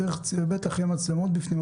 בטח יהיו מצלמות בפנים,